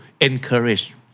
encourage